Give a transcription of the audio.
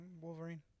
wolverine